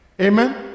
Amen